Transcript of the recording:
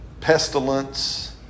Pestilence